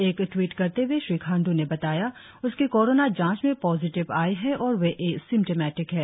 एक ट्वीट करते हुए श्री खाण्डू ने बताया उसकी कोरोना जांच में पॉजिटिव आई है और वे एसिम्टमेटीक है